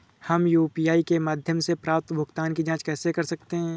हम यू.पी.आई के माध्यम से प्राप्त भुगतान की जॉंच कैसे कर सकते हैं?